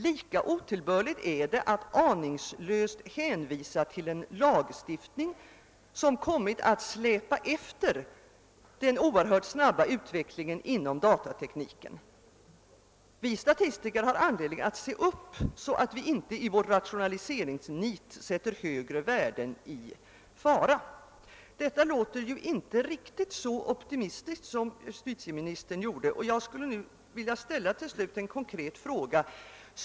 Lika otillbörligt är det att aningslöst hänvisa till en lagstiftning, som kommit att släpa efter den oerhört snabba utvecklingen inom datatekniken. Vi statistiker har anledning att se upp, så att vi inte i vårt rationaliseringsnit sätter högre värden i fara.» Byråchefen Kurt Medin låter inte riktigt lika optimistisk som justitieministern, och jag skulle till slut vilja ställa en konkret fråga.